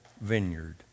vineyard